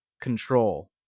control